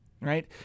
right